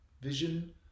vision